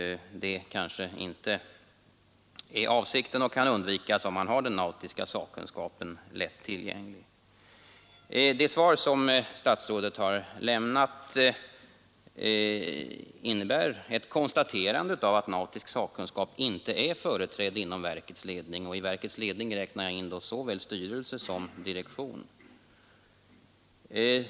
Det är väl inte avsikten, och det kan undvikas om man har den nautiska sakkunskapen lätt tillgänglig. Det svar som statsrådet här givit innebär ett konstaterande av att nautisk sakkunskap inte är företrädd inom verkets ledning, och i den räknar jag då in såväl verkets styrelse som direktion.